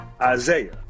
Isaiah